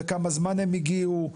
לכמה זמן הם הגיעו?